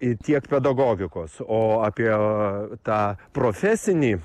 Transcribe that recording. ir tiek pedagogikos o apie tą profesinį